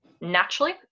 naturally